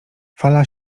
fala